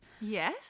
Yes